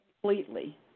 completely